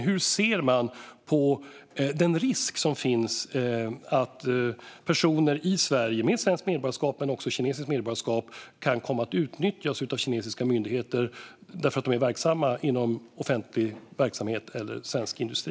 Hur ser man på den risk som finns att personer i Sverige med svenskt medborgarskap och kinesiskt medborgarskap kan komma att utnyttjas av kinesiska myndigheter på grund av att de är verksamma inom offentlig verksamhet eller svensk industri?